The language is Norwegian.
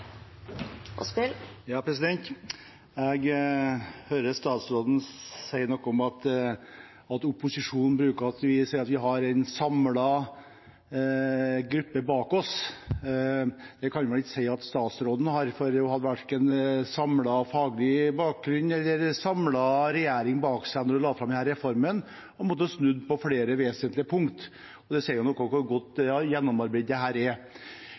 Jeg hørte statsråden si noe om at opposisjonen bruker å si at vi har en samlet gruppe bak oss. Det kan man ikke si at statsråden har. Hun hadde verken en samlet faglig bakgrunn eller en samlet regjering bak seg da hun la fram denne reformen og måtte snu på flere vesentlige punkter. Det sier noe om hvor godt gjennomarbeidet dette er. Når det gjelder læreplass og lærlinger, er